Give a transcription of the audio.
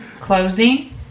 closing